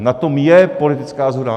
Na tom je politická shoda.